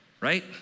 Right